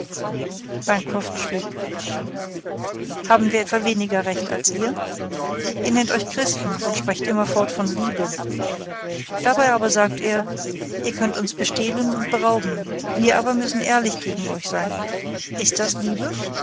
bancroft schwieg haben wir etwa weniger recht als ihr ihr nennt euch christen und sprecht immerfort von liebe dabei aber sagt ihr ihr könnt uns bestehlen und berauben wir aber müssen ehrlich gegen euch sein ist das liebe